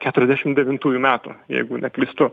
keturiasdešim devintųjų metų jeigu neklystu